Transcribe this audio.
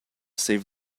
save